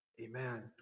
amen